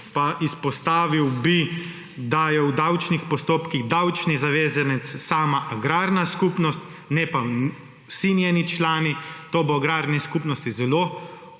Pa izpostavil bi, da je v davčnih postopkih davčni zavezanec sama agrarna skupnost, ne pa vsi njeni člani. To bo agrarni skupnosti zelo